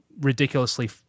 ridiculously